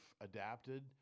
adapted